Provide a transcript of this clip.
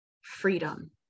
freedom